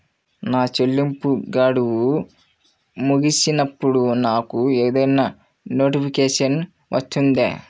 నా చెల్లింపు గడువు ముగిసినప్పుడు నాకు ఏదైనా నోటిఫికేషన్ వస్తుందా?